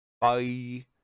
Bye